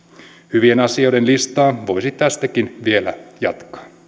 hyvien asioiden listaa voisi tästäkin vielä jatkaa